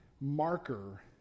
marker